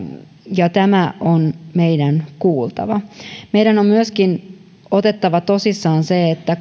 ja tämä on meidän kuultava meidän on myöskin otettava tosissaan se että